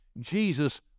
Jesus